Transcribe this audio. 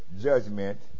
judgment